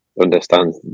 understand